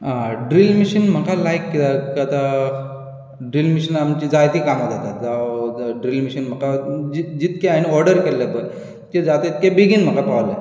drill machine म्हाका लायक कित्याक आतां ड्रील मॅशीनान आमचीं जायतीं कामां जातात जावं ड्रील मॅशीन म्हाका जितकें हांवें ऑर्डर केल्लें पळय तितकें बेगीन म्हाका पावलें